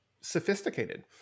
sophisticated